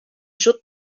should